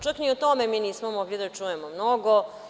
Čak ni o tome mi nismo mogli da čujemo mnogo.